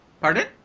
pardon